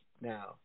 now